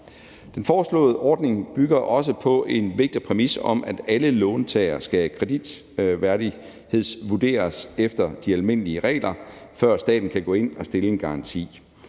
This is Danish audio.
Den foreslåede ordning bygger også på en vigtig præmis om, at alle låntagere skal kreditværdighedsvurderes efter de almindelige regler, før staten kan gå ind og stille en garanti.